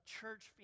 church